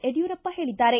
ಯಡ್ಕೂರಪ್ಪ ಹೇಳಿದ್ದಾರೆ